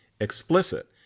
explicit